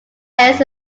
ends